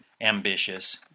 ambitious